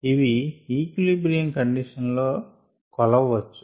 అవి equilibrium condition లలో కొలవవచ్చు